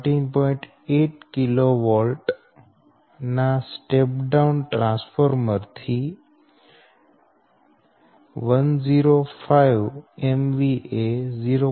8 kV ના step down transformer થી 105 MVA 0